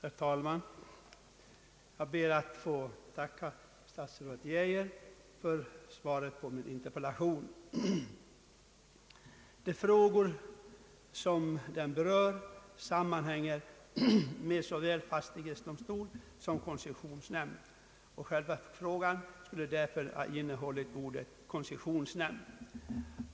Herr talman! Jag ber att få tacka herr statsrådet Geijer för svaret på min interpellation. De frågor som berörs i interpellationen sammanhänger med förfarandet såväl vid fastighetsdomstol som vid koncessionsnämnd, och själva frågan skulle därför även ha innehållit ordet »koncessionsnämnd».